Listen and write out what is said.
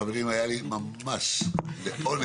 חברים, היה לי ממש לעונג.